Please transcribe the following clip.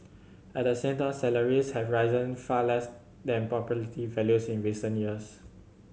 at the same time salaries have risen far less than property values in recent years